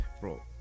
bro